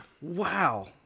Wow